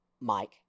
Mike